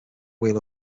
wheel